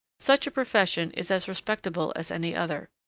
such a profession is as respectable as any other.